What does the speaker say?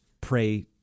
pray